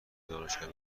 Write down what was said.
دانشگاه